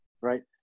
right